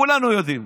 כולנו יודעים.